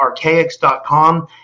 archaics.com